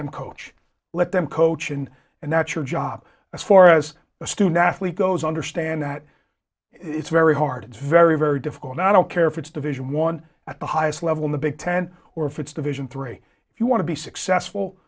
them coach let them coach and and that's your job as far as a student athlete goes understand that it's very hard it's very very difficult i don't care if it's division one at the highest level in the big ten or if it's division three if you want to be